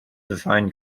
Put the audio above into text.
design